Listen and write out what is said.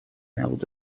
نبود